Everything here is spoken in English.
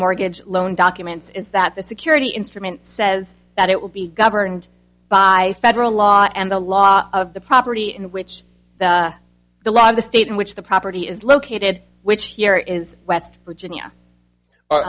mortgage loan documents is that the security instrument says that it will be governed by federal law and the law of the property in which the law of the state in which the property is located which here is west virginia o